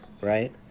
right